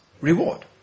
reward